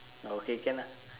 okay can lah